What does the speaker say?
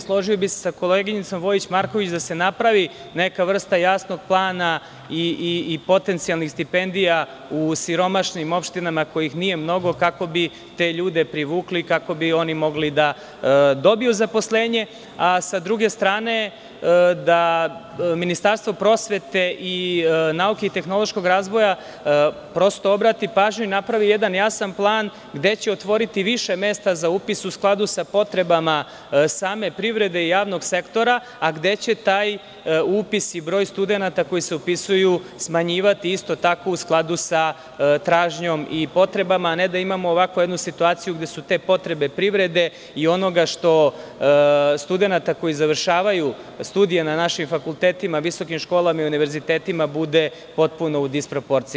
Složio bih se sa koleginicom Vojić Marković, da se napravi neka vrsta jasnog plana i potencijalnih stipendija u siromašnim opštinama kojih nije mnogo, kako bi te ljude privukli i kako bi oni mogli da dobiju zaposlenje, a sa druge strane da Ministarstvo prosvete, nauke i tehnološkog razvoja obrati pažnju i napravi jedan jasan plan gde će otvoriti više mesta za upis, u skladu sa potrebama same privrede i javnog sektora, a gde će taj upis i broj studenata koji se upisuju smanjivati isto tako u skladu sa tražnjom i potrebama, a ne da imamo ovako jednu situaciju gde su te potrebe privrede i studenata koji završavaju studije na našim fakultetima, visokim školama i univerzitetima, bude potpuno u disproporciji.